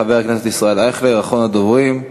חבר הכנסת ישראל אייכלר, אחרון הדוברים,